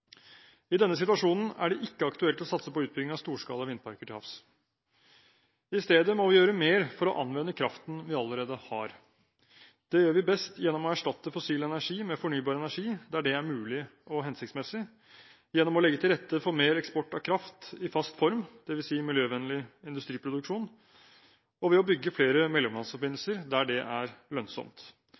I denne situasjonen er det ikke aktuelt å satse på utbygging av storskala vindparker til havs. I stedet må vi gjøre mer for å anvende kraften vi allerede har. Det gjør vi best gjennom å erstatte fossil energi med fornybar energi der det er mulig og hensiktsmessig, gjennom å legge til rette for mer eksport av kraft i fast form, dvs. miljøvennlig industriproduksjon, og ved å bygge flere mellomlandsforbindelser der det er lønnsomt.